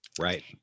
Right